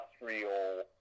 industrial